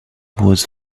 was